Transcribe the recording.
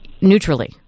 neutrally